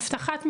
אבטחת מידע,